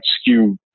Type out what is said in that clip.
skew